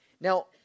Now